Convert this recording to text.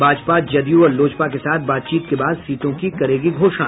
भाजपा जदयू और लोजपा के साथ बातचीत के बाद सीटों की करेगी घोषणा